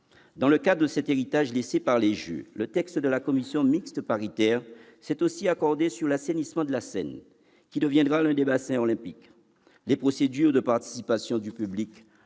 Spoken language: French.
Dans le cadre de cet héritage que doivent laisser les jeux, la commission mixte paritaire s'est aussi accordée sur l'assainissement de la Seine, qui deviendra l'un des bassins olympiques. Les procédures de participation du public